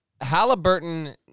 Halliburton